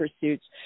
pursuits